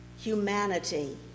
Humanity